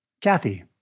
Kathy